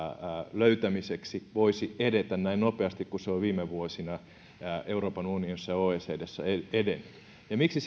löytämiseksi voisi edetä näin nopeasti kuin se on viime vuosina euroopan unionissa ja oecdssä edennyt ja syy miksi